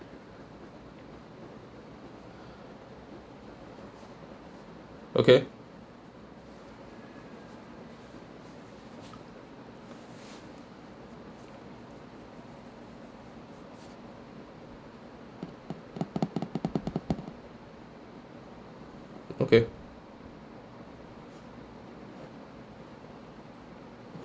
okay okay